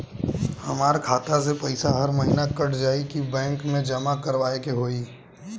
हमार खाता से पैसा हर महीना कट जायी की बैंक मे जमा करवाए के होई?